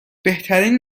بهترین